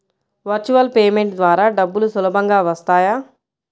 Virtual payment ద్వారా డబ్బులు సులభంగా వస్తాయా?